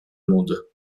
monde